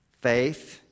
Faith